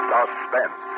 Suspense